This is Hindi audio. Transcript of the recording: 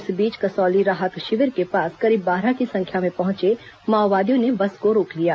इस बीच कसौली राहत शिविर के पास करीब बारह की संख्या में पहुंचे माओवादियों ने बस को रोक लिया